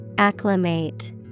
Acclimate